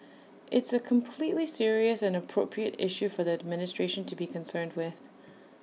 it's A completely serious and appropriate issue for the administration to be concerned with